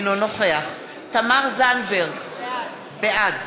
אינו נוכח תמר זנדברג, בעד